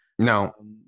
No